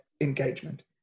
engagement